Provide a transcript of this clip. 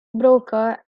broker